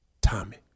Tommy